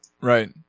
Right